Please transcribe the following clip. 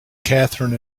katherine